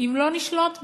אם לא נשלוט בו?